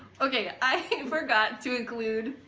okay i forgot to include,